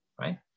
right